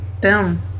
Boom